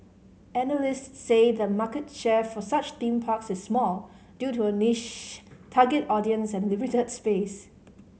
analysts say the market share for such theme parks is small due to a niche target audience and limited space